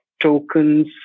tokens